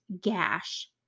gash